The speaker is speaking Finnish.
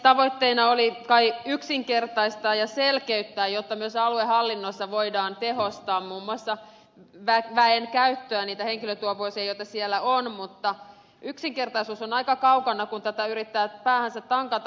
tavoitteena oli kai yksinkertaistaa ja selkeyttää jotta myös aluehallinnossa voidaan tehostaa muun muassa väen käyttöä niitä henkilötyövuosia joita siellä on mutta yksinkertaisuus on aika kaukana kun tätä yrittää päähänsä tankata